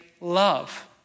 love